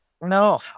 No